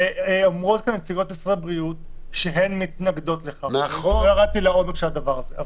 אומרות נציגות משרד הבריאות שהן מתנגדות לכך ולכן ירדתי לעומק הדבר הזה.